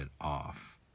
off